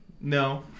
No